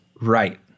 Right